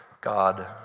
God